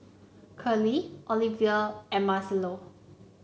Curley Olevia and Marcelo